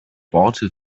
worte